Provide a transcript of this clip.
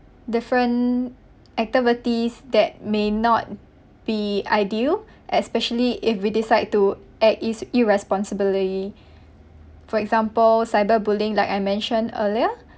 different activities that may not be ideal especially if we decide to act is irresponsibly for example cyberbullying like I mentioned earlier